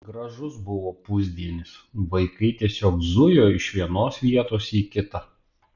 gražus buvo pusdienis vaikai tiesiog zujo iš vienos vietos į kitą